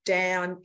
down